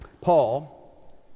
Paul